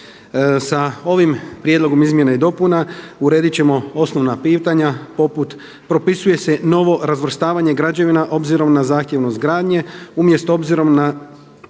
Sa ovim prijedlogom izmjena i dopunama urediti ćemo osnovna pitanja poput, propisuje se novo razvrstavanje građevina obzirom na zahtjevnost gradnje, umjesto obzirom na